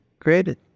created